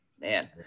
Man